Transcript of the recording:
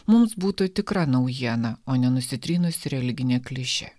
mums būtų tikra naujiena o nenusitrynusi religinė klišė